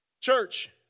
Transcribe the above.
Church